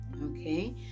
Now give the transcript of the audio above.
okay